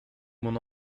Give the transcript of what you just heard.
mon